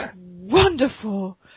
wonderful